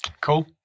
Cool